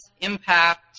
impact